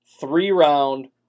three-round